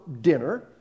dinner